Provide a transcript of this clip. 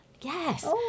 Yes